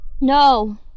No